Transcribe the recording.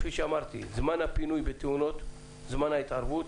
כפי שאמרתי, זמן הפינוי בתאונות, זמן ההתערבות,